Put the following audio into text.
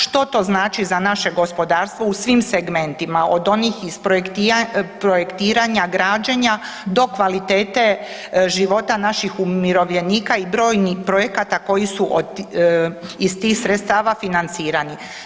Što to znači za naše gospodarstvo u svim segmentima, od onih iz projektiranja, građenja do kvalitete života naših umirovljenika i brojnih projekata koji su iz tih sredstava financirani.